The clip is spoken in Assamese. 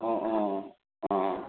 অঁ অঁ অঁ